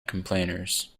complainers